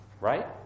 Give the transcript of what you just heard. right